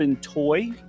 toy